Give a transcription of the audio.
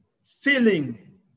feeling